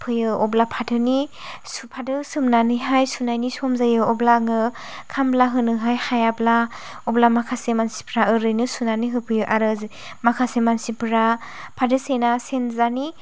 फोयो अब्ला फाथोनिसो फाथो सोमनानै हाय सुनायनि सम जायो अब्ला आङो खामला होनोहाय हायाबा अब्ला माखासे मानसिफ्रा ओरैनो सुनानै होफैयो आरो माखासे मानसिफ्रा फाथो सेरना सेनज्रानि